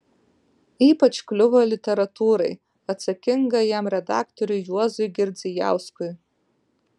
ypač kliuvo literatūrai atsakingajam redaktoriui juozui girdzijauskui